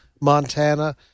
Montana